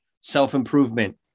self-improvement